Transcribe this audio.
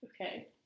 Okay